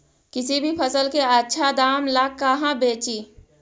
किसी भी फसल के आछा दाम ला कहा बेची?